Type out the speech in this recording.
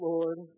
Lord